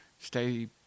stay